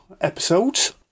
episodes